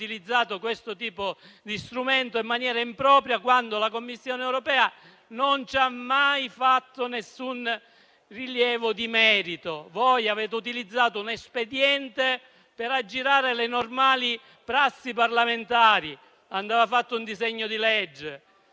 questo tipo di strumento in maniera impropria, quando la Commissione europea non ci ha mai fatto nessun rilievo di merito. Voi avete utilizzato un espediente per aggirare le normali prassi parlamentari. Andava fatto un disegno di legge.